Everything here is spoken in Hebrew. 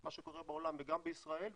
מה שקורה בעולם וגם בישראל,